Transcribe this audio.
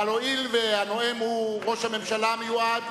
אבל הואיל והנואם הוא ראש הממשלה המיועד,